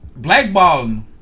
blackballing